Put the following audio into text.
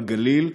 בגליל,